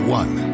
one